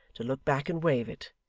to look back and wave it,